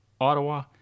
Ottawa